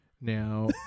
Now